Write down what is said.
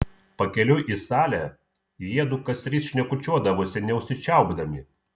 pakeliui į salę jiedu kasryt šnekučiuodavosi neužsičiaupdami